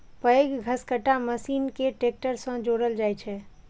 पैघ घसकट्टा मशीन कें ट्रैक्टर सं जोड़ल जाइ छै